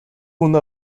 una